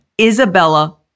Isabella